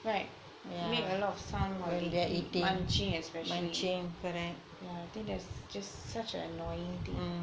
right make a lot of sound while eating munching especially yeah think that's just such an annoying thing